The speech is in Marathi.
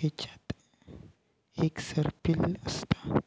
केच्यात एक सर्पिल असता